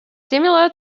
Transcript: similar